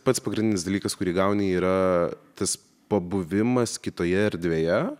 pats pagrindinis dalykas kurį gauni yra tas pabuvimas kitoje erdvėje